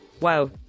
wow